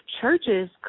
churches